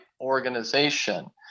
organization